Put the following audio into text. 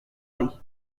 paris